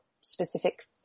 specific